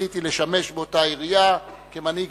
זכיתי לשמש באותה עירייה כמנהיג